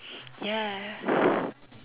ya